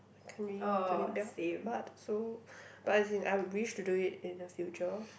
I can't really donate blood so but as in I would wish to do it in the future